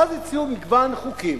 ואז הציעו מגוון חוקים.